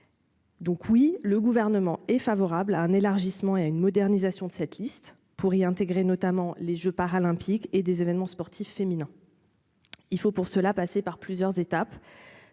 donc oui, le gouvernement est favorable à un élargissement et à une modernisation de cette liste pour y intégrer notamment les Jeux paralympiques et des événements sportifs féminin. Il faut pour cela passer par plusieurs étapes,